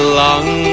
long